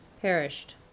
perished